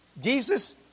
Jesus